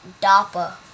DAPA